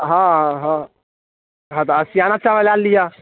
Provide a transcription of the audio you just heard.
हँ हॅं हँ तऽ असिआना चावल लऽ लिअऽ